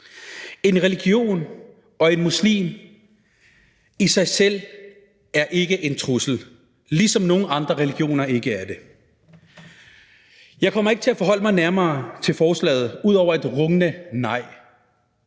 En religion og en muslim er i sig selv ikke en trussel, ligesom alle andre religioner ikke er det. Jeg kommer ikke til at forholde mig nærmere til forslaget ud over at komme med